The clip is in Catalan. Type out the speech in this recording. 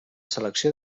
selecció